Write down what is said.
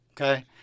Okay